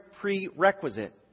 prerequisite